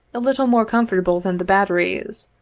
a little more comfortable than the bat teries,